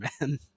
man